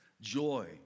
Joy